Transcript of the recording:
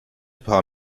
paar